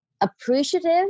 appreciative